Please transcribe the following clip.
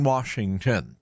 Washington